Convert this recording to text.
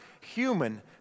human